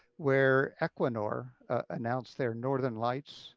where equinor announced their northern lights